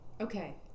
Okay